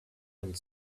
and